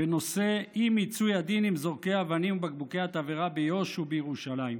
בנושא אי-מיצוי הדין עם זורקי האבנים ובקבוקי התבערה ביו"ש ובירושלים.